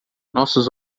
nossos